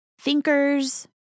thinkers